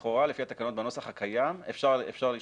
לכאורה, לפי התקנות בנוסח הקיים, אפשר להשתמש.